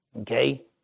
okay